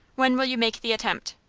when will you make the attempt?